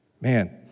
Man